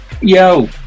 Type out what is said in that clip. Yo